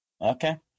Okay